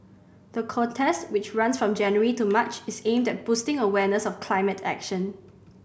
the contest which runs from January to March is aimed at boosting awareness of climate action